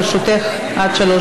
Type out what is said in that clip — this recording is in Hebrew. לרשותך עד שלוש